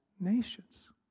nations